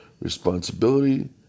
responsibility